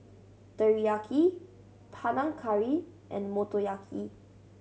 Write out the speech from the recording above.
Teriyaki Panang Curry and Motoyaki